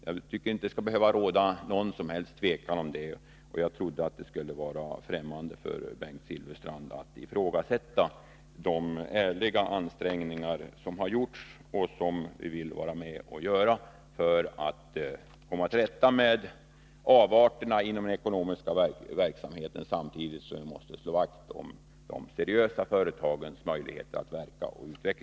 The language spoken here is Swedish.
Jag tycker inte att det skall behöva råda något som helst tvivel om detta, och jag trodde att det skulle vara främmande för Bengt Silfverstrand att Nr 49 ifrågasätta de ärliga ansträngningar som har gjorts och som vi vill fortsätta Tisdagen den med för att komma till rätta med avarterna inom den ekonomiska 14 december 1982 verksamheten, samtidigt måste vi slå vakt om de seriösa företagens möjligheter att verka och utvecklas.